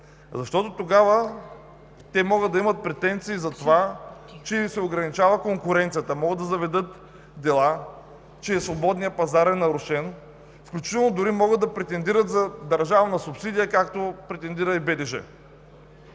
Защото тогава те могат да имат претенции за това, че се ограничава конкуренцията. Могат да заведат дела, че свободният пазар е нарушен, включително могат да претендират за държавна субсидия, както претендира и БДЖ.